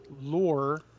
lore